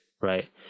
right